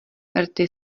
rty